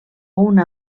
una